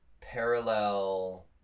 parallel